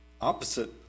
opposite